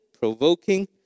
provoking